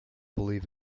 believe